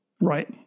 right